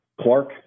Clark